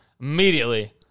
immediately